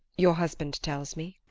your husband tells me.